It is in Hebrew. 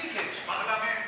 אה, לא מוותר?